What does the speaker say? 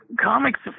comics